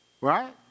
right